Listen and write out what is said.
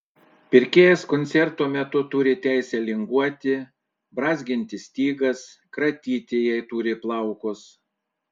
pirkėjas koncerto metu turi teisę linguoti brązginti stygas kratyti jei turi plaukus